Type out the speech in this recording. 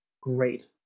Great